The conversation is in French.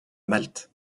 malte